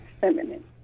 feminine